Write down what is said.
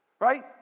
right